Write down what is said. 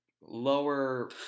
lower